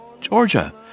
Georgia